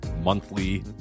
monthly